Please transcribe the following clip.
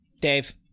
Dave